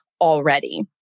already